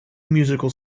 musical